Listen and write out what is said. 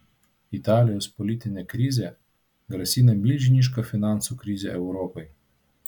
italijos politinė krizė grasina milžiniška finansų krize europai